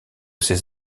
ses